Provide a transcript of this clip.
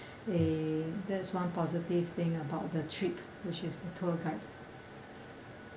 eh there's one positive thing about the trip which is the tour guide